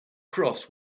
cross